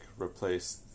replace